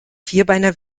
vierbeiner